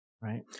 right